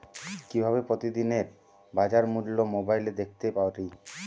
কিভাবে প্রতিদিনের বাজার মূল্য মোবাইলে দেখতে পারি?